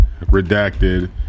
redacted